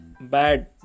bad